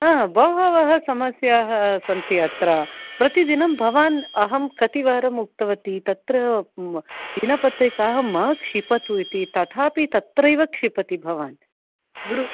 बहव समस्या सन्ति अत्र प्रतिदिनं भवान् अहं प्रतिवारम् उक्तवती तत्र विना पत्रिका मा क्षिपतु इति तथापि तत्रैव क्षिपति भवान्